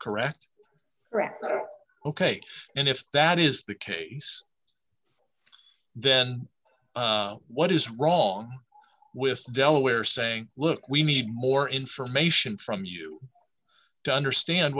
correct ok and if that is the case then what is wrong with delaware saying look we need more information from you to understand